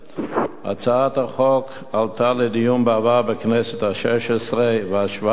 הצעת החוק עלתה לדיון בעבר בכנסת השש-עשרה ובכנסת השבע-עשרה,